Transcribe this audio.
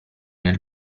nel